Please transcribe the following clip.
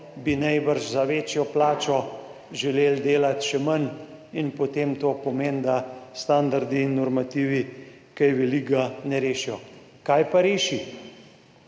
bi najbrž za večjo plačo želeli delati še manj. In potem to pomeni, da standardi in normativi kaj velikega ne rešijo. Kaj pa reši?